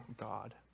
God